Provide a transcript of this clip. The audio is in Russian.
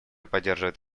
поддерживает